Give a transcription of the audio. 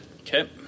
Okay